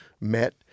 met